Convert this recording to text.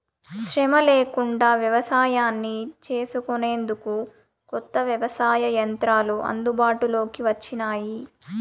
శ్రమ లేకుండా వ్యవసాయాన్ని చేసుకొనేందుకు కొత్త వ్యవసాయ యంత్రాలు అందుబాటులోకి వచ్చినాయి